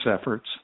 efforts